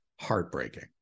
heartbreaking